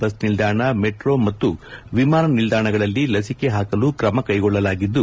bus ನಿಲ್ದಾಣ metro ಮತ್ತು ವಿಮಾನ ನಿಲ್ದಾಣಗಳಲ್ಲಿ ಲಸಿಕೆ ಹಾಕಲು ಕ್ರಮ ಕೈಗೊಳ್ಳಲಾಗಿದ್ದು